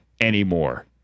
anymore